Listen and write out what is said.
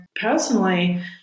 personally